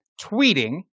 tweeting